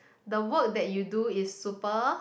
the work that you do is super